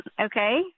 Okay